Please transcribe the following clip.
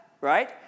right